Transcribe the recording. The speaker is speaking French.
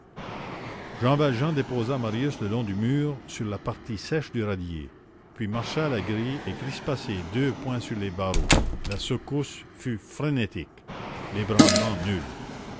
jean valjean déposa marius le long du mur sur la partie sèche du radier puis marcha à la grille et crispa ses deux poings sur les barreaux la secousse fut frénétique l'ébranlement nul